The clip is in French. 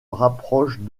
rapprochent